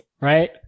Right